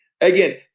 Again